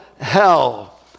hell